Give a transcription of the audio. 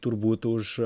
turbūt už